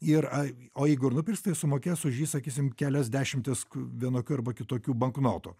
ir a o jeigu ir nupirks tai sumokės už jį sakysim kelias dešimtis vienokių arba kitokių banknotų